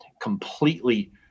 completely